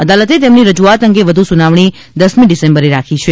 અદાલતે તેમની રજૂઆત અંગે વધુ સુનાવણી દસમી ડિસેમ્બરે રાખી છે